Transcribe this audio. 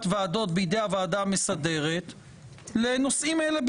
ועדות בידי הוועדה המסדרת לנושאים אלה בלבד.